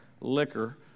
liquor